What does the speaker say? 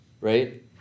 right